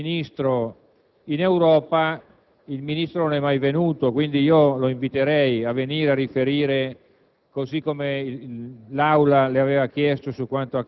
È noto che la nostra politica in Europa dal 2001 al 2006 si è differenziata dalle politiche precedenti